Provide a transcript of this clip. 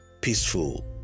peaceful